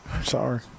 Sorry